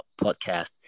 podcast